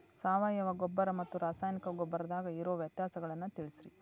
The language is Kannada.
ಸಾವಯವ ಗೊಬ್ಬರ ಮತ್ತ ರಾಸಾಯನಿಕ ಗೊಬ್ಬರದಾಗ ಇರೋ ವ್ಯತ್ಯಾಸಗಳನ್ನ ತಿಳಸ್ರಿ